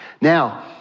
Now